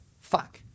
Fuck